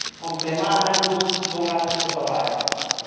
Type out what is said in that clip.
ᱚᱱᱛᱮᱢᱟ ᱦᱟᱱᱮ ᱯᱩᱥ ᱵᱚᱸᱜᱟ ᱥᱮᱫ ᱠᱚ ᱥᱚᱦᱨᱟᱭᱚᱜᱼᱟ